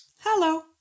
Hello